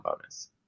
bonus